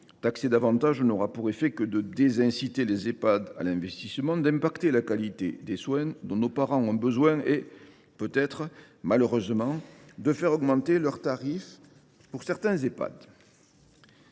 taxer davantage n’aura pour effets que de désinciter les Ehpad à investir, d’affecter la qualité des soins dont nos parents ont besoin et, peut être – malheureusement –, de faire augmenter les tarifs de certains Ehpad.